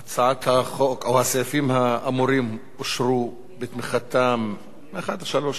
הסעיפים האמורים אושרו, מ-1 עד 3 כולל,